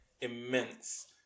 immense